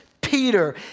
Peter